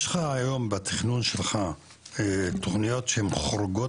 יש לך היום בתכנון שלך תוכניות שהן חורגות